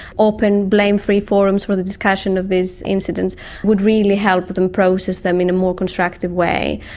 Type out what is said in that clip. open blame-free forums for the discussion of these incidents would really help them process them in a more constructive way.